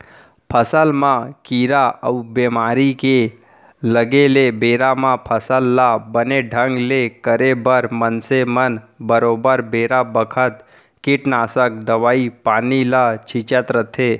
फसल म कीरा अउ बेमारी के लगे ले बेरा म फसल ल बने ढंग ले करे बर मनसे मन बरोबर बेरा बखत कीटनासक दवई पानी ल छींचत रथें